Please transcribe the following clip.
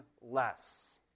less